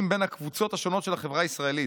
בין הקבוצות השונות של החברה הישראלית.